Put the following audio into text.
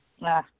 Nah